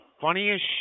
funniest